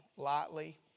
Lightly